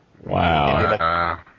Wow